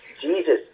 Jesus